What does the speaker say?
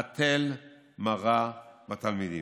הטל מרה בתלמידים.